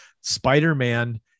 Spider-Man